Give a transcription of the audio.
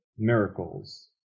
miracles